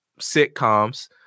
sitcoms